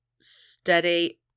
steady